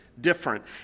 Different